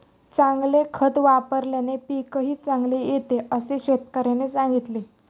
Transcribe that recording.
चांगले खत वापल्याने पीकही चांगले येते असे शेतकऱ्याने सांगितले